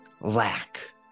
lack